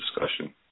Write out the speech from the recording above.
discussion